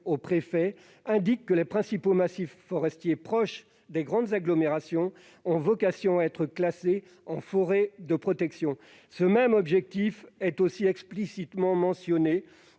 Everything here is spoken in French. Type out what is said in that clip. aux préfets indique que les principaux massifs forestiers proches des grandes agglomérations ont vocation à être classés en forêt de protection. Ce même objectif est explicitement mentionné